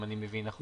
אם אני מבין נכון.